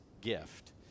gift